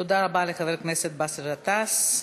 תודה לחבר הכנסת באסל גטאס.